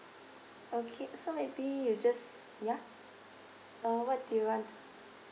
okay so maybe you just ya uh what do you want